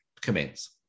commence